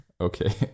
Okay